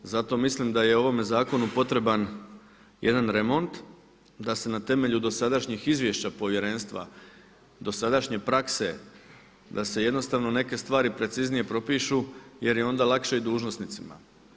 Zato mislim da je ovome zakonu potreban jedan remont da se na temelju dosadašnjih izvješća Povjerenstva, dosadašnje prakse da se jednostavno neke stvari preciznije propišu jer je onda lakše i dužnosnicima.